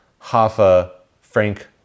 Hoffa-Frank